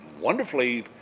wonderfully